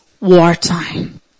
wartime